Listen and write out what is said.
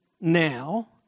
now